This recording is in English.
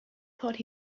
thought